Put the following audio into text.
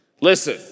Listen